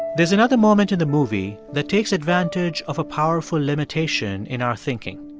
there's another moment in the movie that takes advantage of a powerful limitation in our thinking.